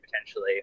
potentially